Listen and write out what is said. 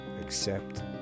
accept